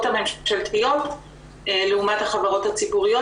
הממשלתיות לעומת החברות הציבוריות.